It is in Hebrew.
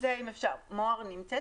מוהר נמצאת?